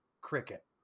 cricket